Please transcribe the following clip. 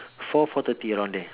four four thirty around there